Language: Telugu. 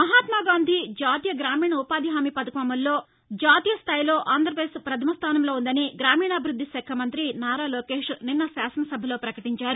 మహాత్వాగాంధీ జాతీయ గ్రామీణ ఉపాధి హామీ పథకం అమలులో జాతీయ స్థాయిలో ఆంధ్రాపదేశ్ ప్రధమ స్టానంలో ఉందని గ్రామీణాభివృద్ది శాఖ మంతి నారా లోకేష్ నిన్న శాసనసభలో ప్రకటించారు